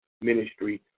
ministry